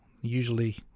Usually